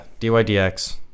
DYDX